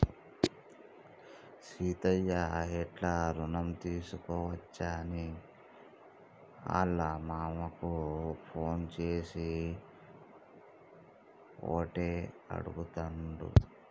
సీనయ్య ఎట్లి రుణం తీసుకోవచ్చని ఆళ్ళ మామకు ఫోన్ చేసి ఓటే అడుగుతాండు